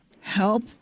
help